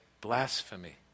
blasphemy